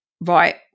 Right